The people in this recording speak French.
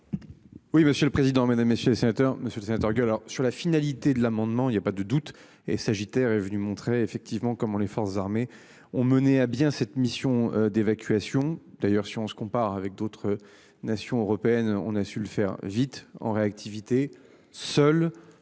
Oui, monsieur le président, Mesdames, messieurs les sénateurs, Monsieur le Sénateur, sur la finalité de l'amendement, il y a pas de doute et sagittaire est venu montrer effectivement comment les forces armées ont mené à bien cette mission d'évacuation d'ailleurs si on se compare avec d'autres nations européennes on a su le faire vite en réactivité seul